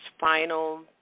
final